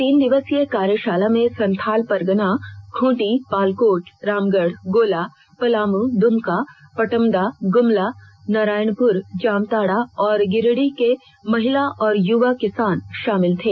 तीन दिवसीय कार्यशाला में संथाल परगना खूंटी पालकोट रामगढ़ गोला पलामू दुमका पटमदा गुमला नारायणपुर जामताड़ा और गिरिडीह के महिला और युवा किसान शामिल थे